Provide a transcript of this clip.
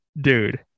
Dude